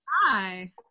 Hi